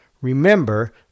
Remember